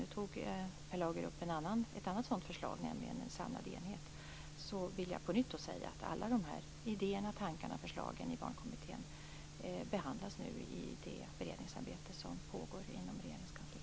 Nu tog Per Lager upp ett annat sådant förslag, nämligen förslaget om en samlad enhet. Då vill jag på nytt säga att alla de här idéerna, tankarna och förslagen i Barnkommittén nu behandlas i det beredningsarbete som pågår inom Regeringskansliet.